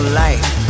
life